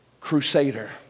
crusader